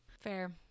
Fair